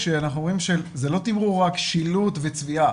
כשאנחנו אומרים שזה לא תמרור רק שילוט וצביעה,